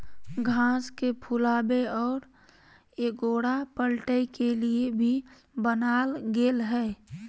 घास के फुलावे और एगोरा पलटय के लिए भी बनाल गेल हइ